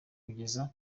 kugeza